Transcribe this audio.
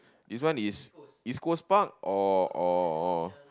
this one is East-Coast-Park or or